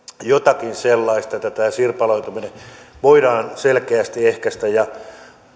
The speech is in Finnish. jotakin sellaista että tämä sirpaloituminen voidaan selkeästi ehkäistä ja